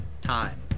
time